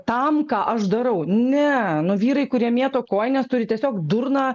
tam ką aš darau ne nu vyrai kurie mėto kojines turi tiesiog durną